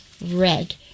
red